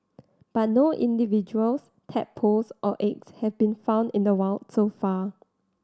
but no individuals tadpoles or eggs have been found in the wild so far